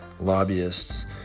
lobbyists